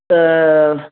त